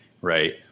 Right